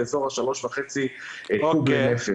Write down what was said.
זה אזור ה-3.5 קוב לנפש.